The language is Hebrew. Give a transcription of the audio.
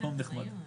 מקום נחמד.